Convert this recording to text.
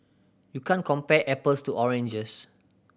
you can't compare apples to oranges